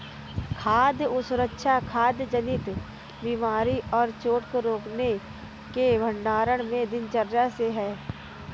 खाद्य सुरक्षा खाद्य जनित बीमारी और चोट को रोकने के भंडारण में दिनचर्या से है